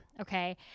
Okay